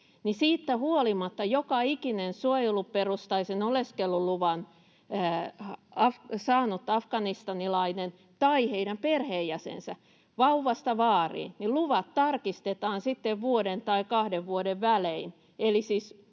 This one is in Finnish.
siitä huolimatta joka ikisen suojeluperustaisen oleskeluluvan saaneen afganistanilaisen tai hänen perheenjäsenensä, vauvasta vaariin, luvat tarkistetaan sitten vuoden tai kahden vuoden välein.